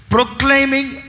Proclaiming